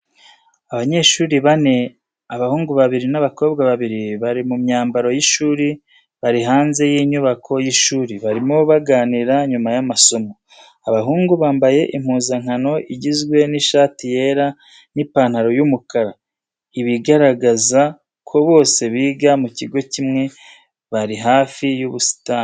Abanyeshuri bane, abahungu babiri n'abakobwa babiri bari mu myambaro y’ishuri bari hanze y’inyubako y’ishuri, barimo baganira nyuma y’amasomo. Abahungu bambaye impuzankano igizwe n'ishati yera n’ipantalo y'umukara, ibigaragaza ko bose biga mu kigo kimwe bari hafi y'ubusitani.